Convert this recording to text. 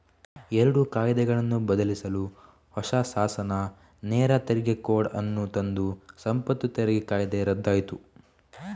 ಎರಡು ಕಾಯಿದೆಗಳನ್ನು ಬದಲಿಸಲು ಹೊಸ ಶಾಸನ ನೇರ ತೆರಿಗೆ ಕೋಡ್ ಅನ್ನು ತಂದು ಸಂಪತ್ತು ತೆರಿಗೆ ಕಾಯ್ದೆ ರದ್ದಾಯ್ತು